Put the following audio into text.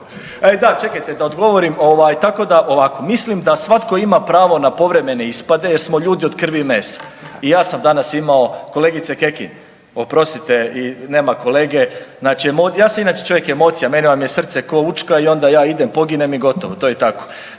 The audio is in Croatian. Da, čekajte da odgovorim, ovaj tako da. Ovako, mislim da svatko ima pravo na povremene ispade jer smo ljudi od krvi i mesa. I ja sam danas imao, kolegice Kekin, oprostite i nema kolege, znači ja sam inače čovjek od emocija, u mene vam je srce ko Učka i onda ja idem, poginem i gotovo, to je tako.